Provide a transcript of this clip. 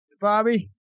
Bobby